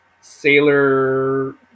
sailor